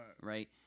Right